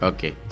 Okay